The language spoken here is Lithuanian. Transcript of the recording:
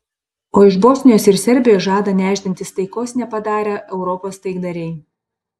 o iš bosnijos ir serbijos žada nešdintis taikos nepadarę europos taikdariai